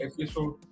episode